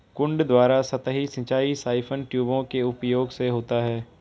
कुंड द्वारा सतही सिंचाई साइफन ट्यूबों के उपयोग से होता है